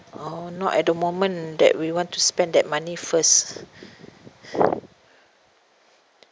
oh not at the moment that we want to spend that money first